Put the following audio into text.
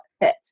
fits